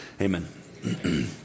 Amen